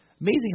Amazing